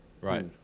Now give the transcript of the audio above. Right